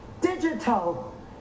digital